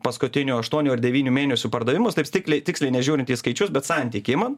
paskutinių aštuonių ar devynių mėnesių pardavimus taip stikliai tiksliai nežiūrint į skaičius bet santykį imant